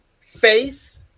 faith